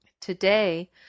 Today